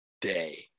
day